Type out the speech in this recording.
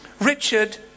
Richard